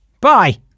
Bye